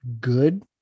good